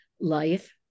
life